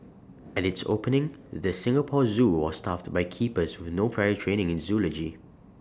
at its opening the Singapore Zoo was staffed by keepers with no prior training in zoology